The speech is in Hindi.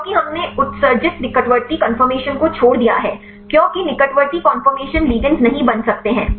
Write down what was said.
क्योंकि हमने उत्सर्जित निकटवर्ती कन्फोर्मशन को छोड़ दिया है क्योंकि निकटवर्ती कन्फोर्मशन लिगंडस नहीं बंध सकते हैं